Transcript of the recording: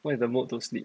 not in the mood to sleep